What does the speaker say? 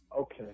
Okay